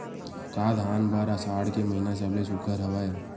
का धान बर आषाढ़ के महिना सबले सुघ्घर हवय?